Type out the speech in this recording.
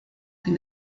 fin